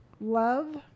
love